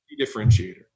differentiator